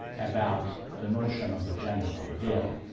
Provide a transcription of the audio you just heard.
about the notion of the general will.